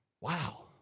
wow